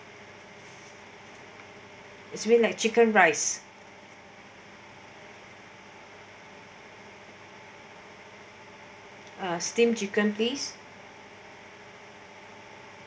it's really like chicken rice uh steamed chicken please